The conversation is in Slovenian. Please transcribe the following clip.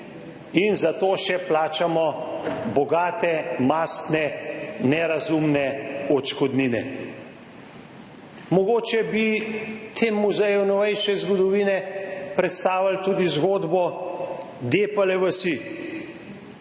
in zato še plačamo bogate, mastne, nerazumne odškodnine. Mogoče bi temu muzeju novejše zgodovine predstavili tudi zgodbo Depale vasi.